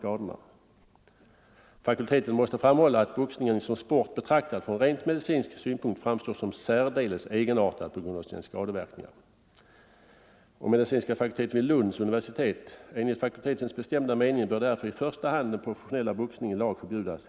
”Fakulteten måste framhålla att boxningen som sport betraktad från rent medicinsk synpunkt framstår som särdeles egenartad på grund av sina skadeverkning NE Medicinska fakulteten vid Lunds universitet: ”Enligt fakultetens bestämda mening bör därför i första hand den professionella boxningen i lag förbjudas.